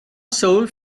sold